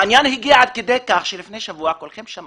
העניין הגיע עד כדי כך שלפני שבוע, כולכם שמעתם,